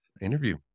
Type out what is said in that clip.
interview